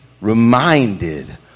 reminded